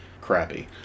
crappy